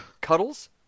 Cuddles